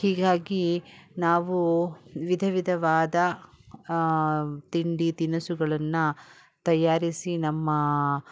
ಹೀಗಾಗಿ ನಾವು ವಿಧ ವಿಧವಾದ ತಿಂಡಿ ತಿನಿಸುಗಳನ್ನು ತಯಾರಿಸಿ ನಮ್ಮ